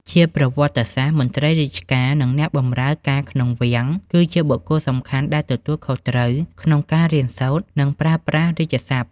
ជាប្រវត្តិសាស្ត្រ មន្ត្រីរាជការ និងអ្នកបម្រើការក្នុងវាំង គឺជាបុគ្គលសំខាន់ដែលទទួលខុសត្រូវក្នុងការរៀនសូត្រ និងប្រើប្រាស់រាជសព្ទ។